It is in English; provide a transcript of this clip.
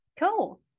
Cool